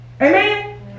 Amen